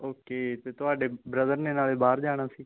okay ਅਤੇ ਤੁਹਾਡੇ brother ਨੇ ਨਾਲੇ ਬਾਹਰ ਜਾਣਾ ਸੀ